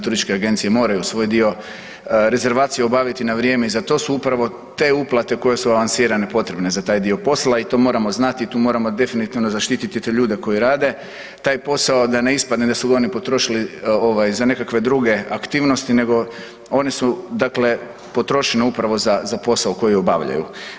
Turističke agencije moraju svoj dio rezervacija obaviti na vrijeme i za to su upravo te uplate koje su lansirane potrebne za taj dio posla i to moramo znati i tu moramo definitivno zaštititi te ljude koji rade taj posao da ne ispadne da su ga oni potrošili za nekakve druge aktivnosti nego oni su, dakle potrošeni upravo za posao koji obavljaju.